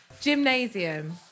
Gymnasium